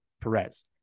Perez